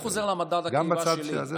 גם בצד הזה וגם השני.